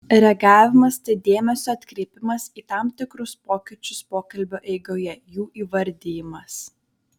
reagavimas tai dėmesio atkreipimas į tam tikrus pokyčius pokalbio eigoje jų įvardijimas